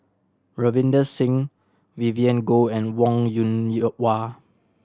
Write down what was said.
Ravinder Singh Vivien Goh and Wong Yoon Wah